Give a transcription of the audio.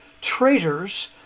traitors